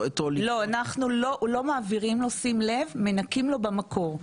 לא, אנחנו לא מעבירים לו, שים לב, מנכים לו במקור.